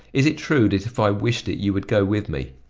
is it true that if i wished it you would go with me?